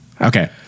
Okay